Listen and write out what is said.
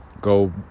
Go